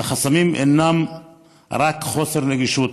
והחסמים אינם רק חוסר נגישות